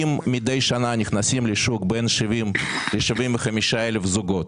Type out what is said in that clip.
אם מדי שנה נכנסים לשוק בין 70,000 ל-75,000 זוגות